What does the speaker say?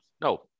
No